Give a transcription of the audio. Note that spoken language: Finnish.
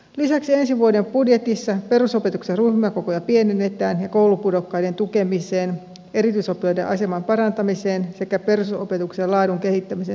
lisäksi ensi vuoden budjetissa perusopetuksen ryhmäkokoja pienennetään ja koulupudokkaiden tukemiseen erityisoppilaiden aseman parantamiseen sekä perusopetuksen laadun kehittämiseen tulee lisärahaa